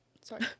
sorry